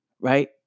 right